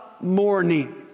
morning